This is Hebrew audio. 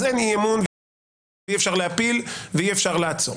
אז אין אי אמון ואי אפשר להפיל ואי אפשר לעצור.